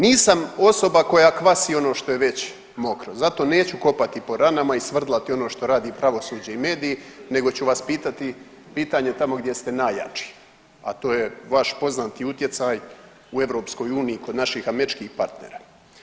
Nisam osoba koja kvasi ono što je već mokro zato neću kopati po ranama i svrdlati ono što radi pravosuđe i mediji nego ću vas pitati pitanje tamo gdje ste najjači, a to je vaš poznati utjecaj u EU i kod naših američkih partnera.